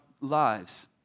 lives